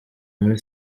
muri